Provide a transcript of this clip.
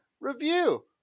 review